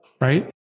right